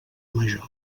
major